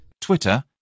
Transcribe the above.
Twitter